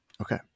Okay